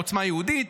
עוצמה יהודית.